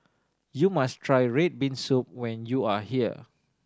you must try red bean soup when you are here